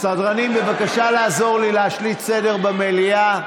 סדרנים, בבקשה לעזור לי להשליט סדר במליאה.